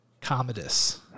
Commodus